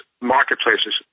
marketplaces